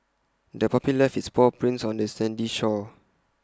the puppy left its paw prints on the sandy shore